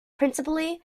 principally